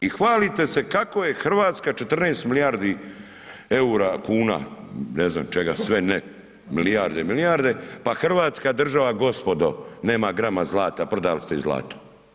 I hvalite se kako je Hrvatska 14 milijardi eura puna ne znam čega sve ne, milijarde, milijarde, pa hrvatska država, gospodo, nema grama zlata, prodali ste i zlato.